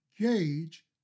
gauge